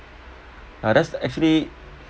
now that's actually